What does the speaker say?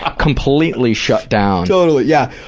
ah completely shut down. totally, yeah.